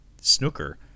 snooker